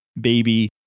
baby